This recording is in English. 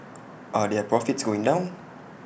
are their profits going down